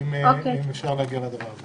אם אפשר להגיע להבנה.